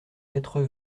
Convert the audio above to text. quatre